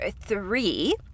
three